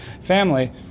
family